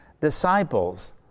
disciples